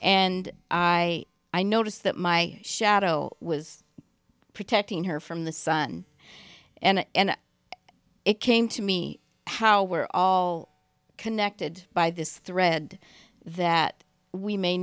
and i i noticed that my shadow was protecting her from the sun and it came to me how we're all connected by this thread that we may